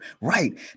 Right